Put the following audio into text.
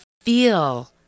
feel